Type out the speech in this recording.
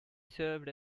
served